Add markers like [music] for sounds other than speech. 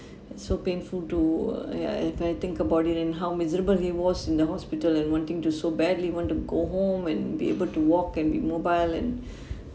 [breath] so painful to uh yeah if I think about it and how miserable he was in the hospital and wanting to so badly want to go home and be able to walk can be mobile and [breath]